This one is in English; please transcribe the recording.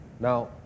Now